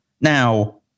Now